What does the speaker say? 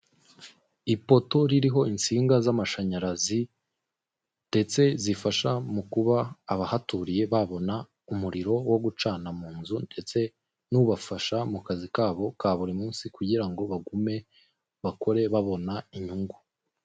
Ipoto ririho inshinga z'amashanyarazi ndetse zifasha mukuba abahaturiye babona umuriro wo gucana mu nzu ndetse bibafasha mu kazi kabo ka buri munsi kugira ngo bagume bakore babona inyungu.